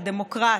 כדמוקרט,